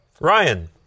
Ryan